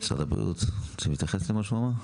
משרד הבריאות, אתם רוצים להתייחס למה שהוא אמר?